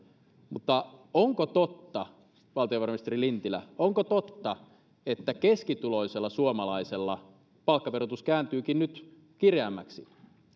mutta onko totta valtiovarainministeri lintilä onko totta että keskituloisella suomalaisella palkkaverotus kääntyykin nyt kireämmäksi